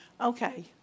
Okay